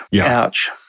Ouch